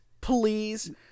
please